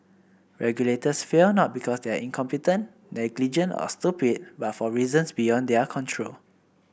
regulators fail not because they are incompetent negligent or stupid but for reasons beyond their control